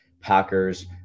Packers